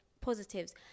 positives